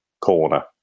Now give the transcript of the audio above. corner